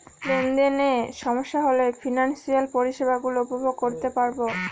লেনদেনে সমস্যা হলে ফিনান্সিয়াল পরিষেবা গুলো উপভোগ করতে পারবো